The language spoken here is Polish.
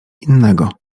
innego